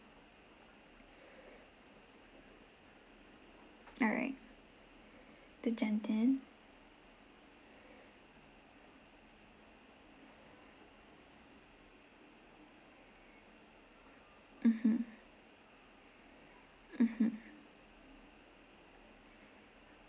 alright to genting mmhmm mmhmm